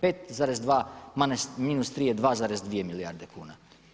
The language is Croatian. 5,2 minus 3 je 2,2 milijarde kuna.